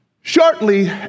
Shortly